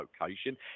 location